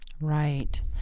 Right